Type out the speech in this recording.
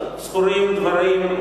זכורים דברים,